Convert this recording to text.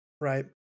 right